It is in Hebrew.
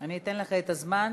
אני אתן לך את הזמן.